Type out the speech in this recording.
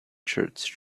church